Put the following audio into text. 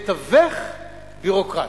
מתווך ביורוקרטי.